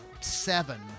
Seven